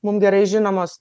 mum gerai žinomos